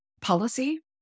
policy